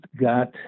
got